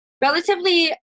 relatively